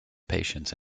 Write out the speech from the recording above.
patience